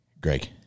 Greg